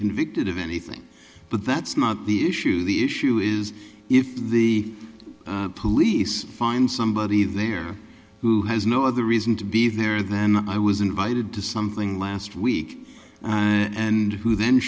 convicted of anything but that's not the issue the issue is if the police find somebody there who has no other reason to be there than i was invited to something last week and who then